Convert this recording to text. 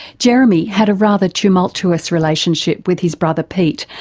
jeremy had a rather tumultuous relationship with his brother pete,